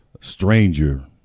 stranger